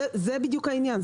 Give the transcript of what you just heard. זה בדיוק העניין,